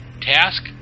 Task